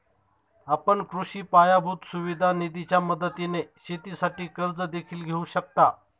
आपण कृषी पायाभूत सुविधा निधीच्या मदतीने शेतीसाठी कर्ज देखील घेऊ शकता